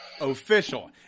official –